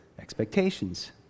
expectations